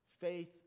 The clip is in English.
Faith